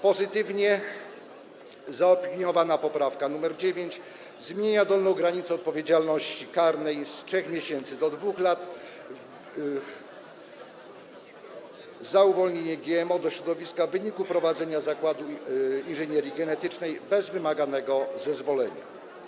Pozytywnie zaopiniowana poprawka nr 9 zmienia dolną granicę odpowiedzialności karnej z 3 miesięcy do 2 lat za uwolnienie GMO do środowiska w wyniku prowadzenia zakładu inżynierii genetycznej bez wymaganego zezwolenia.